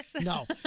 No